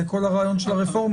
זה כל הרעיון של הרפורמה.